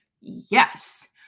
Yes